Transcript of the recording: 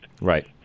Right